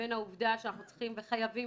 לבין העובדה שאנחנו צריכים וחייבים